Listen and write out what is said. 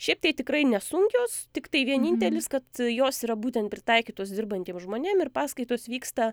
šiaip tai tikrai nesunkios tiktai vienintelis kad jos yra būtent pritaikytos dirbantiem žmonėm ir paskaitos vyksta